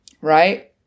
right